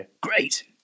great